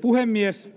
Puhemies!